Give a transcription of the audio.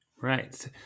Right